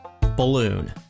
Balloon